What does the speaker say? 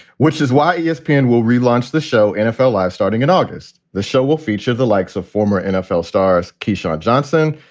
which is why yeah espn and will relaunch the show nfl life starting in august. the show will feature the likes of former nfl star keyshawn johnson,